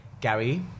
Gary